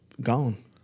gone